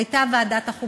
היו ועדת החוקה